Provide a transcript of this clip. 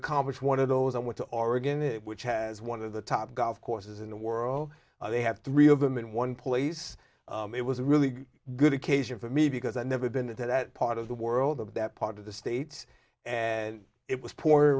accomplish one of those i want to oregon which has one of the top golf courses in the world they have three of them in one place it was a really good occasion for me because i've never been into that part of the world of that part of the state and it was po